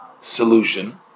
solution